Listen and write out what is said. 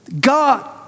God